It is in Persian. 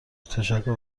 تشکر